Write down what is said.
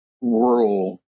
rural